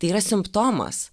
tai yra simptomas